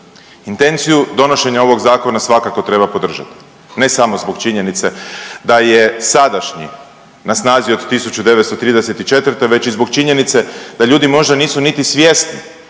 Intenciju donošenja ovog zakona svakako treba podržati, ne samo zbog činjenice da je sadašnji na snazi od 1934. već i zbog činjenice da ljudi možda nisu niti svjesni